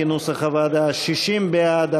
כנוסח הוועדה: 60 בעד,